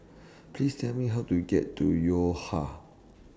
Please Tell Me How to get to Yo Ha